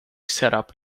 setup